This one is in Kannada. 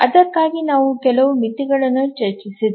ಅದಕ್ಕಾಗಿ ನಾವು ಕೆಲವು ಮಿತಿಗಳನ್ನು ಚರ್ಚಿಸುತ್ತಿದ್ದೇವೆ